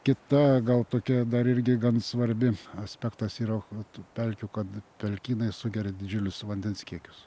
kita gal tokia dar irgi gan svarbi aspektas yra va tų pelkių kad pelkynai sugeria didžiulius vandens kiekius